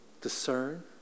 discern